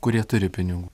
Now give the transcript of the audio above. kurie turi pinigų